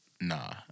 nah